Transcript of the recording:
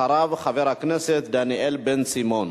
אחריו, חבר הכנסת דניאל בן-סימון.